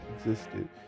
existed